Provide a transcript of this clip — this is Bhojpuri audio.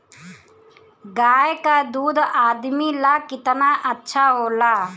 गाय का दूध आदमी ला कितना अच्छा होला?